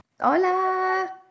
Hola